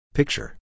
Picture